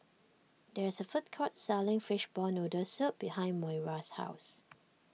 there is a food court selling Fishball Noodle Soup behind Moira's house